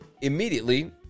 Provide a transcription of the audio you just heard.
immediately